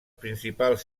principals